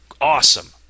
awesome